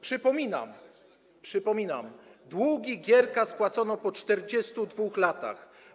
Przypominam - przypominam - długi Gierka spłacono po 42 latach.